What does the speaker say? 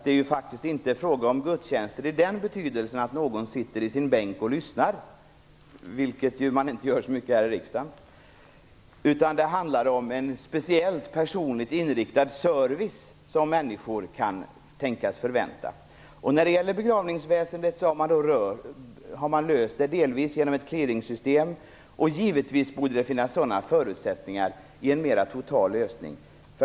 Det är faktiskt inte fråga om gudstjänster i den betydelsen att någon sitter i sin bänk och lyssnar - vilket man inte heller gör så mycket här i riksdagen - utan det handlar om en speciell, personligt inriktad service som människor kan tänkas förvänta sig. Frågan om begravningsväsendet har lösts delvis genom ett clearingsystem, och givetvis borde ett sådant system kunna användas också i en mer total lösning.